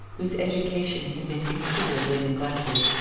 whose education had been considerably neglected,